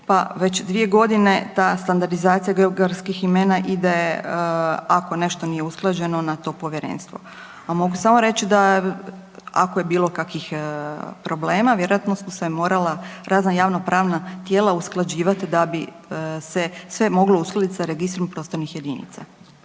pa već 2 godine ta standardizacija geografskih imena ide, ako nešto nije usklađeno, na to povjerenstvo. A mogu samo reći da, ako je bilo kakvih problema, vjerojatno smo se morala razna javnopravna tijela usklađivati da bi se sve moglo uskladiti s Registrom prostornih jedinica.